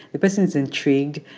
the person is intrigued,